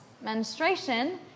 menstruation